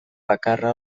bakarra